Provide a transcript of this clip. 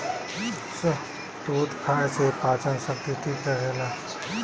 शहतूत खाए से पाचन शक्ति ठीक रहेला